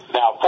now